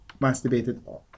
masturbated